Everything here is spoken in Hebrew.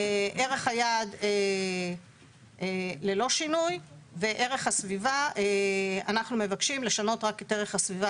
ערך היעד ללא שינוי וערך הסביבה אנחנו מבקשים לשנות רק את ערך הסביבה